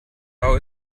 how